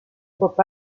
pop